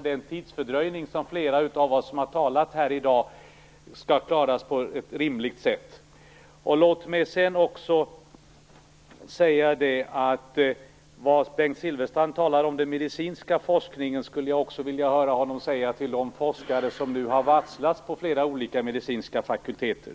den tidsfördröjning som flera av oss som har talat här i dag har tagit upp skall klaras på ett rimligt sätt. Det Bengt Silfverstrand sade om den medicinska forskningen skulle jag också vilja höra honom säga till de forskare som nu har varslats på flera olika medicinska fakulteter.